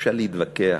אפשר להתווכח,